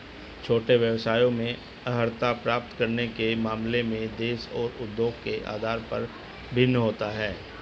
छोटे व्यवसायों में अर्हता प्राप्त करने के मामले में देश और उद्योग के आधार पर भिन्न होता है